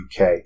UK